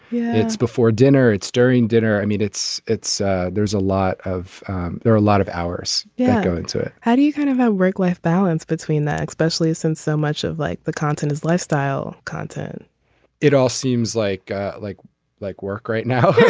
yeah it's before dinner it's during dinner. i mean it's it's there's a lot of there are a lot of hours that yeah go into it how do you kind of a work life balance between that especially since so much of like the content is lifestyle content it all seems like ah like like work right now